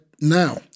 now